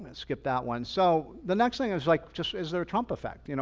and skip that one. so the next thing is like, just is there a trump effect? you know